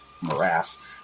morass